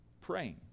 Praying